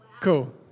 Cool